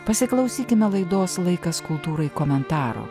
pasiklausykime laidos laikas kultūrai komentaro